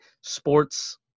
sports